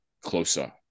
closer